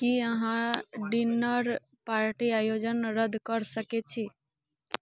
कि अहाँ dinner party आयोजन रद्द करि सकै छी